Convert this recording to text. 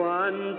one